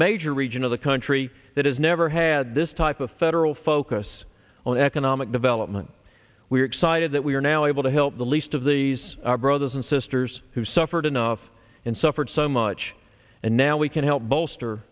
major region of the country that has never had this type of federal focus on economic development we are excited that we are now able to help the least of these our brothers and sisters who suffered enough and suffered so much and now we can help bolster